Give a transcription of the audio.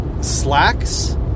slacks